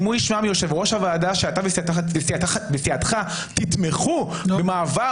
אם הוא ישמע מיושב-ראש הוועדה שאתה וסיעתך תתמכו במעבר